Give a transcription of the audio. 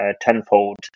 tenfold